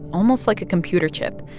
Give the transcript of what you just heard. almost like a computer chip.